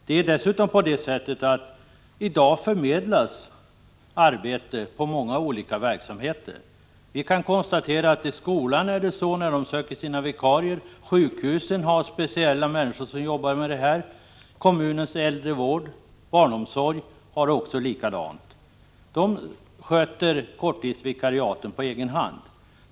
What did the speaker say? Det är dessutom så att det i dag förmedlas arbete inom många olika verksamheter. Vi kan konstatera att det sker så inom skolan när man söker vikarier. Sjukhusen har speciella människor som arbetar med detta, och inom kommunens äldrevård och barnomsorg gör man likadant. Man tar fram korttidsvikarier på egen hand.